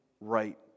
right